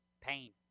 pain